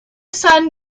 sun